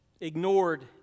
ignored